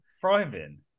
thriving